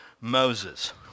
Moses